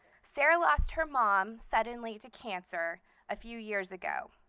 sara lost her mom suddenly to cancer a few years ago.